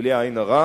בלי עין רעה,